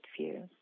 view